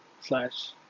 slash